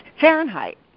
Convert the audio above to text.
Fahrenheit